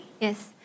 Yes